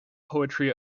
poetry